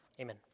amen